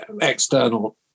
external